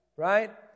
Right